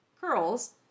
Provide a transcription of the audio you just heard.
curls